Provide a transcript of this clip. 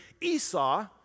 Esau